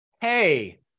hey